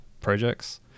projects